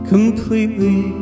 Completely